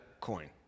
coin